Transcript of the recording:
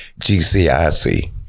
GCIC